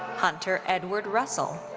hunter edward russell.